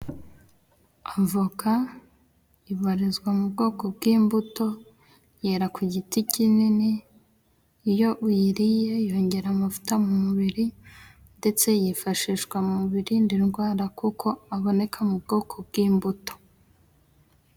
Avoka ibarizwa mu bwoko bw'imbuto yera ku giti kinini iyo uyiriye yongera amavuta mu mubiri ndetse yifashishwa mu birinda indwara kuko aboneka mu bwoko bw'imbuto.